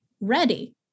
ready